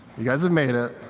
you guys have made it.